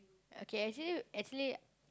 okay actually actually